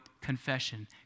confession